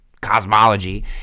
cosmology